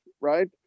right